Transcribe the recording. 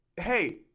hey